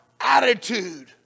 attitude